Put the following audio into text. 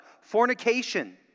Fornication